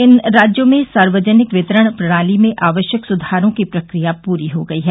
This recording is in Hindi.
इन राज्यों में सार्वजनिक वितरण प्रणाली में आवश्यक सुधारों की प्रक्रिया पूरी हो गई है